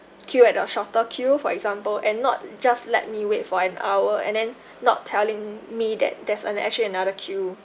queue at the shorter queue for example and not just let me wait for an hour and then not telling me that there's an actually another queue